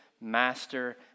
master